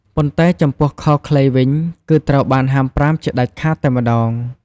ប៉ុន្តែចំពោះខោខ្លីវិញ គឺត្រូវបានហាមប្រាមជាដាច់ខាតតែម្ដង។